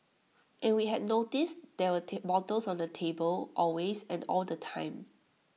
and we had noticed there were bottles on the table always and all the time